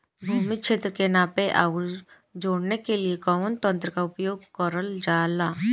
भूमि क्षेत्र के नापे आउर जोड़ने के लिए कवन तंत्र का प्रयोग करल जा ला?